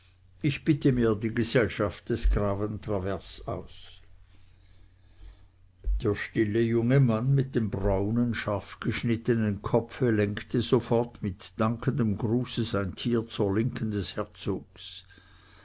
ich bitte mir die gesellschaft des grafen travers aus der stille junge mann mit dem braunen scharfgeschnittenen kopfe lenkte sofort mit dankendem gruße sein tier zur linken des herzogs